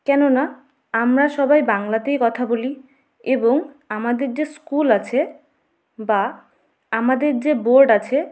কেননা আমরা সবাই বাংলাতেই কথা বলি এবং আমাদের যে স্কুল আছে বা আমাদের যে বোর্ড আছে